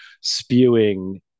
spewing